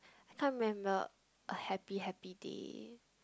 I can't remember a happy happy day